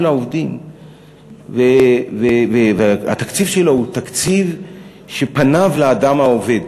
העובדים ושהתקציב שלו הוא תקציב שפניו לאדם העובד,